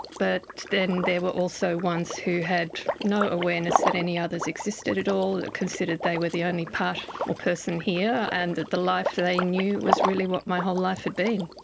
but then there were also ones who had no awareness that any others existed at all, considered they were the only part or person here and that the life they knew was really what my whole life had been.